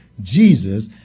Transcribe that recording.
Jesus